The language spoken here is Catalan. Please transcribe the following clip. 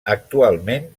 actualment